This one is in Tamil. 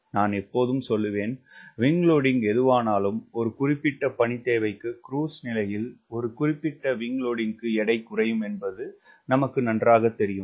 நான் எப்போதும் சொல்லுவேன் விங் லோடிங் எதுவானாலும் ஒரு குறிப்பிட்ட பணி தேவைக்கு க்ரூஸ் நிலையில் ஒரு குறிப்பிட்ட விங் லோடிங்க்கு எடை குறையும் என்பது நமக்கு தெரியும்